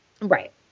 Right